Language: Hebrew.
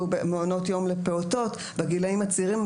ומעונות יום לפעוטות בגילאים הצעירים.